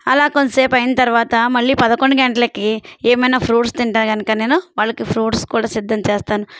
అలా కొద్దిసేపు అయిన తర్వాత మళ్ళీ పదకొండు గంటలకి ఏమన్నా ఫ్రూట్స్ తింటా కనుక నేను వాళ్ళకి ఫ్రూట్స్ కూడా సిద్ధం చేస్తాను